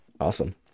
Awesome